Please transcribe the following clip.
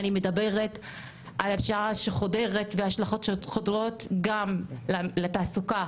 אני מדברת על הפשיעה שחודרת וההשלכות שחודרות גם לתעסוקה,